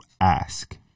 ask